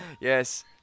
Yes